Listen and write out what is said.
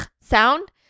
sound